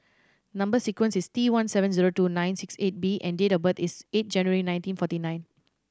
number sequence is T one seven zero two nine six eight B and date of birth is eight January nineteen forty nine